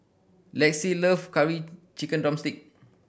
Lexi love Curry Chicken drumstick